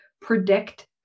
predict